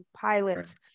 pilots